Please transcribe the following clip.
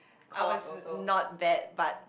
I was not that but